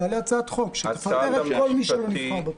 תעלה הצעת חוק שתפטר את כל מי שלא נבחר בפריימריז.